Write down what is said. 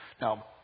Now